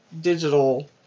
digital